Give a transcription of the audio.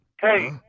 hey